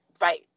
right